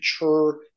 mature